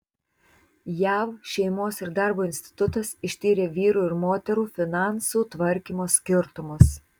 jav šeimos ir darbo institutas ištyrė vyrų ir moterų finansų tvarkymo skirtumus